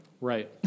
Right